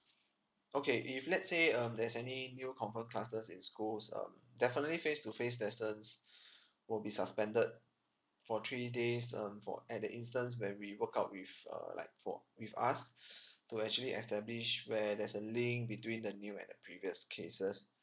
okay if let's say um there's any new confirmed clusters in schools um definitely face to face lessons will be suspended for three days um for at the instance when we work out with uh like for with us to actually establish where there's a link between the new and the previous cases